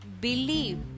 believe